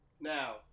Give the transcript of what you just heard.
Now